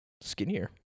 skinnier